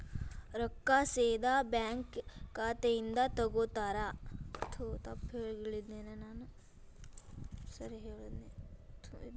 ರೊಕ್ಕಾ ಸೇದಾ ಬ್ಯಾಂಕ್ ಖಾತೆಯಿಂದ ತಗೋತಾರಾ?